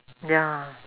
ya